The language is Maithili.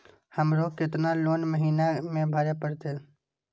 हमरो केतना लोन महीना में भरे परतें?